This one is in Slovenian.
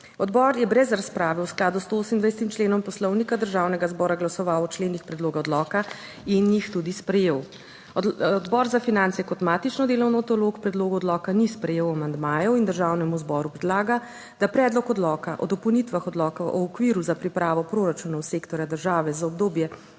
Odbor je brez razprave v skladu z 28 členom Poslovnika Državnega zbora glasoval o členih predloga odloka in jih sprejel. Odbor za finance kot matično delovno telo k predlogu odloka ni sprejel amandmajev in Državnemu zboru predlaga, da Predlog odloka o dopolnitvah Odloka o okviru za pripravo proračunov sektorja države za obdobje